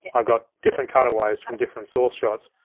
i've got different cutaways from different source shots.